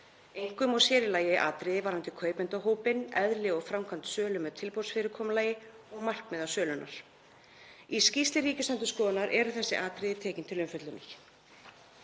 einkum og sér í lagi atriði varðandi kaupendahópinn, eðli og framkvæmd sölu með tilboðsfyrirkomulagi og markmið sölunnar. Í skýrslu Ríkisendurskoðunar eru þessi atriði tekin til umfjöllunar.